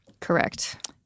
Correct